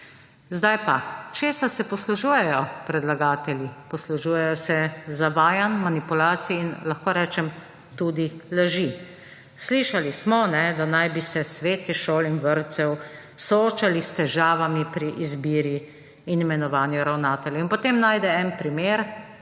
Zdaj pa, česa se poslužujejo predlagatelji? Poslužujejo se zavajanj, manipulacij in lahko rečem tudi laži. Slišali smo, da naj bi se sveti šol in vrtcev soočali s težavami pri izbiri in imenovanju ravnateljev. In potem najde en primer,